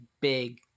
big